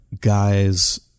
guys